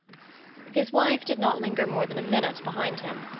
his wife did not linger more than a minute behind him,